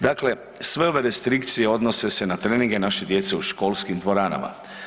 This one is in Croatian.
Dakle, sve ove restrikcije odnose se na treninge naše djece u školskim dvoranama.